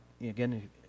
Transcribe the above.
again